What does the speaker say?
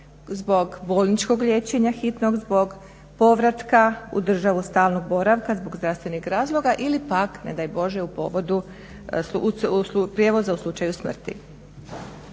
zbog bolničkog liječenja hitnog, zbog povratka u državu stalnu boravka zbog zdravstvenih razloga ili pak ne daj Bože prijevoza u slučaju smrti.